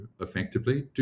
effectively